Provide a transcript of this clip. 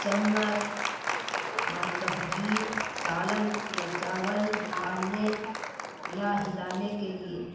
چمچ اور کبگیر سالن یا چاول نکالنے یا ہلانے کے لیے